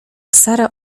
sara